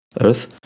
earth